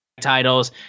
titles